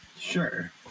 Sure